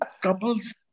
couples